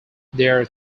their